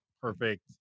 perfect